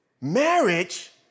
Marriage